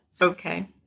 Okay